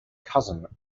cousin